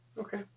Okay